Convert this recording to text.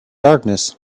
darkness